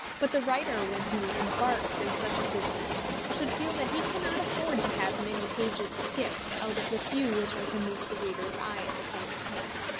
but the writer when he embarks in such a business should feel that he cannot afford to have many pages skipped out of the few which are to meet the reader's eye at the same time.